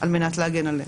על מנת להגן עליהם.